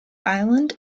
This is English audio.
island